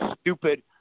stupid